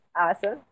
awesome